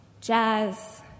jazz